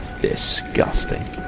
Disgusting